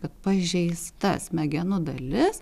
kad pažeista smegenų dalis